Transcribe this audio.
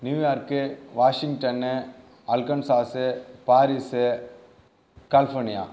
New York Washington arkansas Paris California